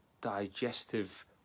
digestive